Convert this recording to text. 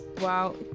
wow